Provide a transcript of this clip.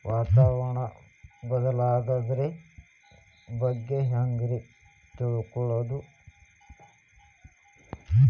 ವಾತಾವರಣ ಬದಲಾಗೊದ್ರ ಬಗ್ಗೆ ಹ್ಯಾಂಗ್ ರೇ ತಿಳ್ಕೊಳೋದು?